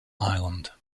island